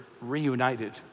reunited